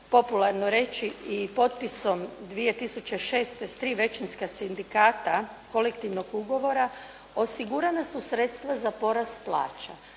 popularno reći i potpisom 2006. s tri većinska sindikata kolektivnog ugovora osigurana su sredstva za porast plaća.